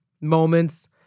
moments